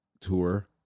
tour